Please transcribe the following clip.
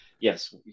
yes